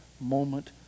moment